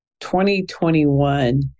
2021